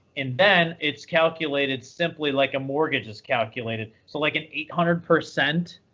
and then it's calculated simply like a mortgage is calculated. so like an eight hundred percent